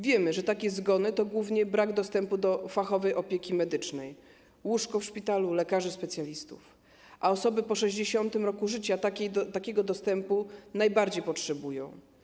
Wiemy, że takie zgony to głównie brak dostępu do fachowej opieki medycznej, łóżek w szpitalu, lekarzy specjalistów, a osoby po 60. roku życia takiego dostępu najbardziej potrzebują.